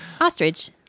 Ostrich